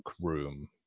room